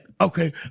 okay